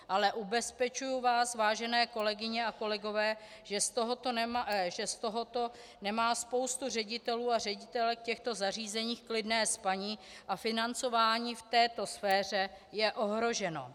Ale ubezpečuji vás, vážené kolegyně a kolegové, že z tohoto nemá spousta ředitelů a ředitelek těchto zařízení klidné spaní a financování v této sféře je ohroženo.